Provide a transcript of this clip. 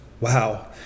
wow